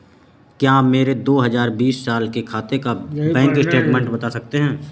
क्या आप मेरे दो हजार बीस साल के खाते का बैंक स्टेटमेंट बता सकते हैं?